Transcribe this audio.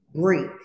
break